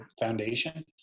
foundation